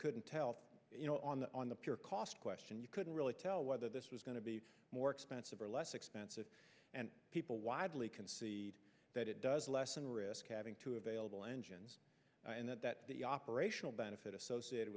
couldn't tell you know on the on the pure cost question you couldn't really tell whether this was going to be more expensive or less expensive and people widely concede that it does lessen risk having to available engines and that that the operational benefit associated